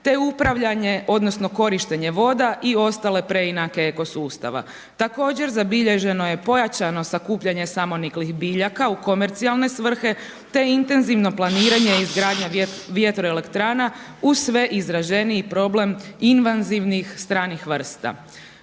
te upravljanje odnosno korištenje voda i ostale preinake eko sustava. Također zabilježeno je pojačano sakupljanje samoniklih biljaka u komercijalne svrhe te intenzivno planiranje i izgradnja vjetroelektrana uz sve izraženiji problem invazivnih stranih vrsta.